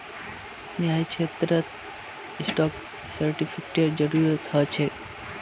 न्यायक्षेत्रत स्टाक सेर्टिफ़िकेटेर जरूरत ह छे